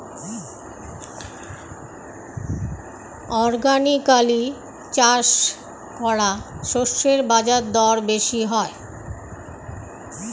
organically চাষ করা শস্যের বাজারদর বেশি হয়